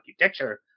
architecture